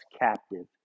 captive